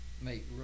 Mate